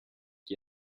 chi